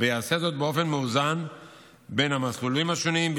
ויעשה זאת באופן מאוזן בין המסלולים השונים,